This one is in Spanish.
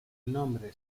nombre